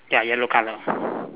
ya yellow colour